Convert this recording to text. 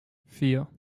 vier